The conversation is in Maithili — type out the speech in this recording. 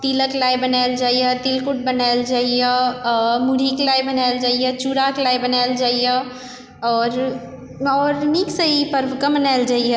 तिलक लाइ बनायल जाइए तिलकुट बनायल जाइए मुरहीके लाइ बनायल जाइए चूड़ाके लाइ बनायल जाइए आओर आओर नीकसँ ई पर्वके मनायल जाइए